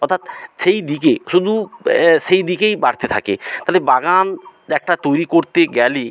অর্থাৎ সেই দিকে শুধু সেই দিকেই বাড়তে থাকে তাহলে বাগান যে একটা তৈরি করতে গেলে